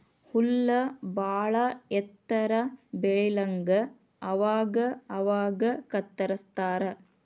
ಹುಲ್ಲ ಬಾಳ ಎತ್ತರ ಬೆಳಿಲಂಗ ಅವಾಗ ಅವಾಗ ಕತ್ತರಸ್ತಾರ